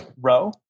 row